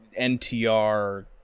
NTR